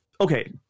okay